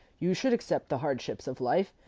you should accept the hardships of life,